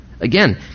again